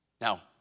Now